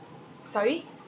sorry